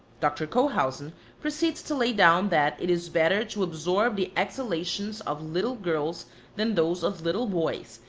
dr. cohauscn proceeds to lay down that it is better to absorb the exhalations of little girls than those of little boys,